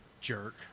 jerk